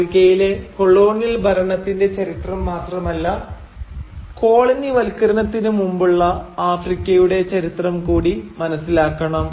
ആഫ്രിക്കയിലെ കൊളോണിയൽ ഭരണത്തിന്റെ ചരിത്രം മാത്രമല്ല കോളനിവൽക്കരണത്തിന് മുമ്പുള്ള ആഫ്രിക്കയുടെ ചരിത്രം കൂടി മനസിലാക്കണം